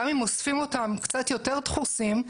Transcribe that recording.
גם אם אוספים אותם קצת יותר דחוסים,